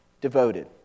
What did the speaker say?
devoted